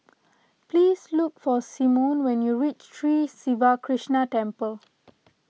please look for Symone when you reach Sri Siva Krishna Temple